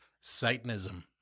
Satanism